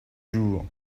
jours